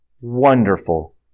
wonderful